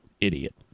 idiot